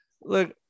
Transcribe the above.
Look